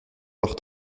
leur